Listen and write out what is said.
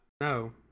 no